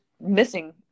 missing